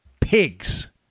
Pigs